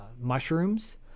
mushrooms